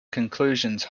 conclusions